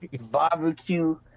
Barbecue